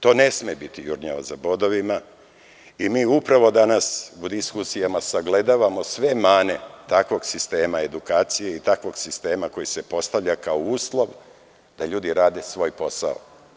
To ne sme biti jurnjava za bodovima i mi upravo danas u diskusijama sagledavamo sve mane takvog sistema edukacije i takvog sistema koji se postavlja kao uslov da ljudi rade svoj posao.